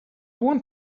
want